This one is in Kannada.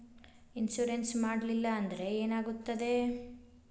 ಇನ್ಶೂರೆನ್ಸ್ ಮಾಡಲಿಲ್ಲ ಅಂದ್ರೆ ಏನಾಗುತ್ತದೆ?